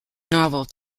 novel